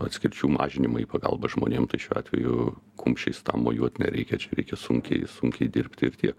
atskirčių mažinimą į pagalbą žmonėm tai šiuo atveju kumščiais mojuot nereikia čia reikia sunkiai sunkiai dirbti